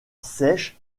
sèches